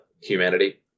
humanity